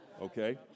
Okay